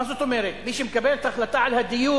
מה זאת אומרת, מי שמקבל את ההחלטה על הדיור